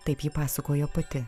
taip ji pasakojo pati